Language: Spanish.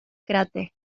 cráter